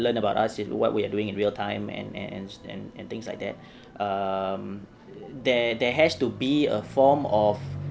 learn about us in what we are doing in real time and and and and and things like that um there there has to be a form of